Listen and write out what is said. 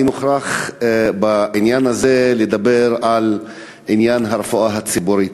אני מוכרח בעניין הזה לדבר על הרפואה הציבורית.